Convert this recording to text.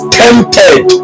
tempted